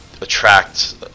attract